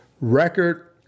record